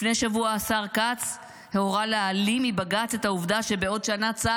לפני שבוע השר כץ הורה להעלים מבג"ץ את העובדה שצה"ל